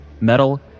Metal